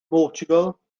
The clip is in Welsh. mhortiwgal